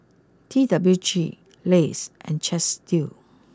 T W G Lays and Chesdale